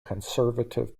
conservative